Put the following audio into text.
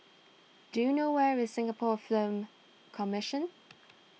do you know where is Singapore Film Commission